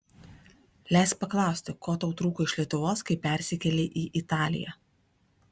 leisk paklausti ko tau trūko iš lietuvos kai persikėlei į italiją